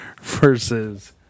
versus